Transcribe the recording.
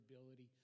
ability